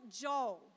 Joel